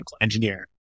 engineer